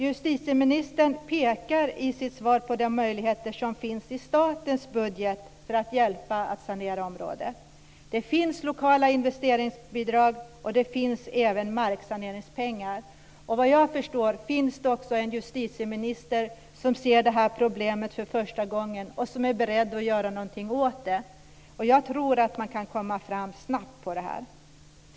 Justitieministern pekar i sitt svar på de möjligheter som finns i statens budget för att hjälpa att sanera området. Det finns lokala investeringsbidrag, och det finns även marksaneringspengar. Vad jag förstår finns det också en justitieminister som ser problemet för första gången och som är beredd att göra någonting åt det. Jag tror att det går att komma fram snabbt här.